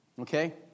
Okay